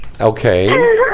Okay